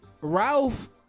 Ralph